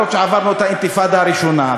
אפילו שעברנו את האינתיפאדה הראשונה,